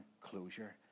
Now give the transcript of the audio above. closure